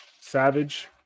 Savage